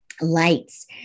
lights